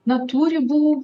na tų ribų